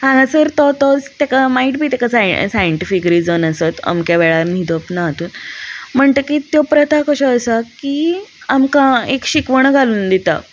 हांगासर तो तोच तेका मायट बी ताका साये सायंटिफीक रिजन आसत अमक्या वेळार न्हिदप ना हातून म्हणटकीत त्यो प्रथा कश्यो आसा की आमकां एक शिकवण घालून दिता